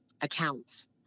accounts